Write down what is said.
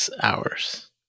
hours